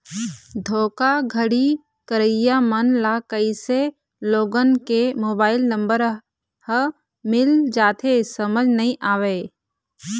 धोखाघड़ी करइया मन ल कइसे लोगन के मोबाईल नंबर ह मिल जाथे समझ नइ आवय